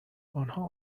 آنها